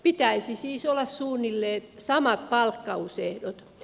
pitäisi siis olla suunnilleen samat palkkausehdot